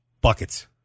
buckets